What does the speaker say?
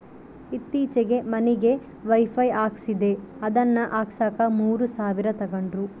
ಈತ್ತೀಚೆಗೆ ಮನಿಗೆ ವೈಫೈ ಹಾಕಿಸ್ದೆ ಅದನ್ನ ಹಾಕ್ಸಕ ಮೂರು ಸಾವಿರ ತಂಗಡ್ರು